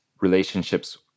relationships